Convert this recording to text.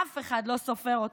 אף אחד לא סופר אותו.